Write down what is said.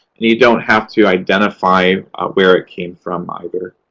and you don't have to identify where it came from, either.